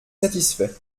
satisfait